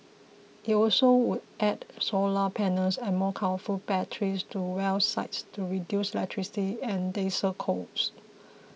it also would add solar panels and more powerful batteries to well sites to reduce electricity and diesel costs